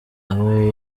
abo